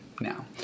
now